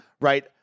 right